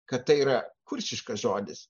kad tai yra kuršiškas žodis